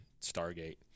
Stargate